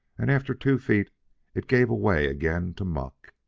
and after two feet it gave away again to muck.